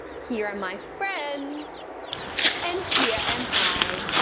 here are my friends and here am i.